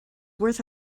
worth